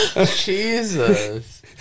Jesus